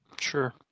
Sure